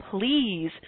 please